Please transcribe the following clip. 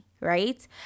Right